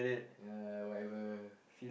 yeah whatever